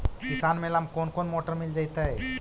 किसान मेला में कोन कोन मोटर मिल जैतै?